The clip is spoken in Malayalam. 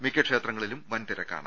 മിക്ക ക്ഷേത്രങ്ങളിലും വൻ തിര ക്കാണ്